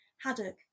haddock